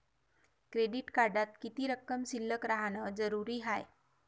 Credit कार्डात किती रक्कम शिल्लक राहानं जरुरी हाय?